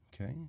Okay